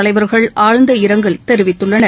தலைவர்கள் ஆழ்ந்த இரங்கல் தெரிவித்துள்ளனர்